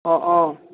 অঁ অঁ